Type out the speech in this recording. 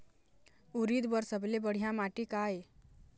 उरीद बर सबले बढ़िया माटी का ये?